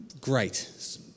Great